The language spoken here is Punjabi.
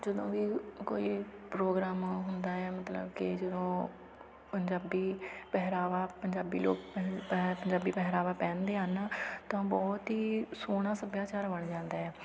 ਜਦੋਂ ਵੀ ਕੋਈ ਪ੍ਰੋਗਰਾਮ ਹੁੰਦਾ ਹੈ ਮਤਲਬ ਕਿ ਜਦੋਂ ਪੰਜਾਬੀ ਪਹਿਰਾਵਾ ਪੰਜਾਬੀ ਲੋਕ ਪਹਿ ਪਹਿ ਪੰਜਾਬੀ ਪਹਿਰਾਵਾ ਪਹਿਨਦੇ ਹਨ ਤਾਂ ਬਹੁਤ ਹੀ ਸੋਹਣਾ ਸੱਭਿਆਚਾਰ ਬਣ ਜਾਂਦਾ ਹੈ